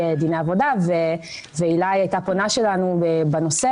דיני עבודה והילה שטרלינג פנתה אלינו בנושא.